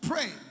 Pray